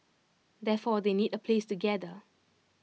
therefore they need A place to gather